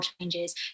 changes